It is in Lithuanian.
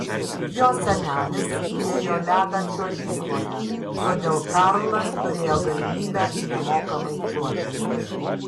jo senelis liejo ledą čiuožykloje todėl karlas turėjo galimybę nemokamai čiuožti